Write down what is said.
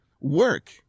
work